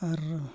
ᱟᱨ